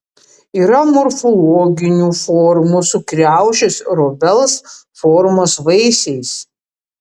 yra morfologinių formų su kriaušės ir obels formos vaisiais